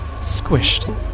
squished